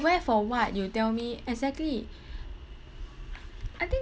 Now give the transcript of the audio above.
wear for what you tell me exactly I think